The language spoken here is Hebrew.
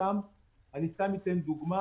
אני סתם אתן דוגמה